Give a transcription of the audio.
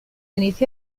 inició